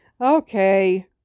Okay